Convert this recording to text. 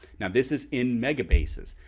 now this is in mega bases.